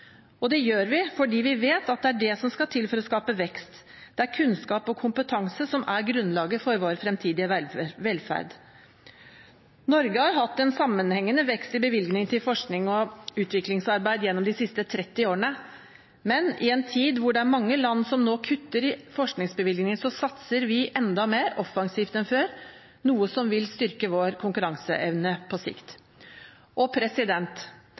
Det gjør vi fordi vi vet at det er det som skal til for å skape vekst. Det er kunnskap og kompetanse som er grunnlaget for vår fremtidige velferd. Norge har hatt en sammenhengende vekst i bevilgningene til forskning og utviklingsarbeid gjennom de siste 30 årene. Men i en tid hvor mange land nå kutter i forskningsbevilgningene, satser vi enda mer offensivt enn før, noe som vil styrke vår konkurranseevne på sikt.